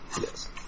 Yes